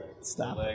Stop